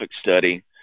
study